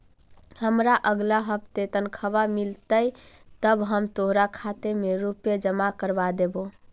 हमारा अगला हफ्ते तनख्वाह मिलतई तब हम तोहार खाते में रुपए जमा करवा देबो